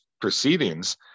proceedings